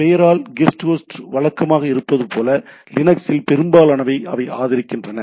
பெயரால் கெட்ஹோஸ்ட் வழக்கமாக இருப்பது போல லினக்ஸில் பெரும்பாலானவை அதை ஆதரிக்கின்றன